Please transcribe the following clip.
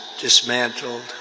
dismantled